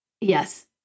yes